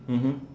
mmhmm